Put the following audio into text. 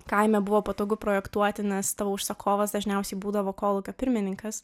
kaime buvo patogu projektuoti nes užsakovas dažniausiai būdavo kolūkio pirmininkas